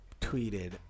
tweeted